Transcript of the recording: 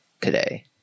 today